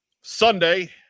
Sunday